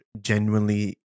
genuinely